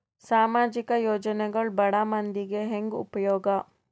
ಸಾಮಾಜಿಕ ಯೋಜನೆಗಳು ಬಡ ಮಂದಿಗೆ ಹೆಂಗ್ ಉಪಯೋಗ?